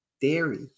Dairy